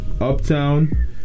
Uptown